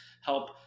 Help